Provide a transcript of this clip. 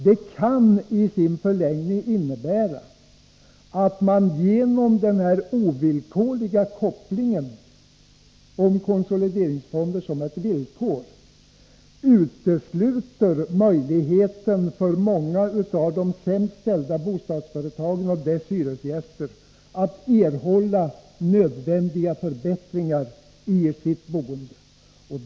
Det kan i sin förlängning innebära att man genom den här ovillkorliga kopplingen utesluter möjligheten för många av de sämst ställda bostadsföretagens hyresgäster att erhålla nödvändiga förbättringar i sitt boende.